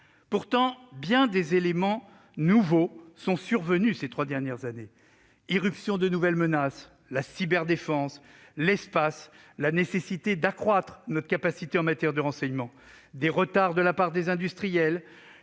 Pourtant, bien des éléments nouveaux sont survenus ces trois dernières années : l'irruption de nouvelles menaces, la cyberdéfense, l'espace, la nécessité d'accroître notre capacité en matière de renseignement, les retards des industriels,